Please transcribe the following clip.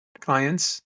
clients